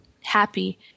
happy